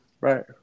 right